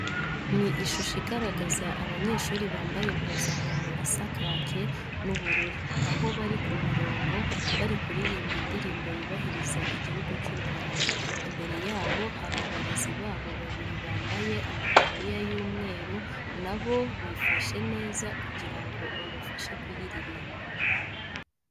Ni ishusho igaragaza abanyeshuri bambaye impuzankano isa kake n'ubururu, aho bari ku mirongo bari kuririmba indirimbo yubahiriza Igihugu cy'u Rwanda. Imbere yabo hari abarezi babo babiri bambaye amataburiya y'umweru, na bo bifashe neza kugira ngo babafashe kuyiririmba.